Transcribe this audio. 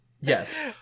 Yes